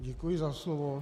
Děkuji za slovo.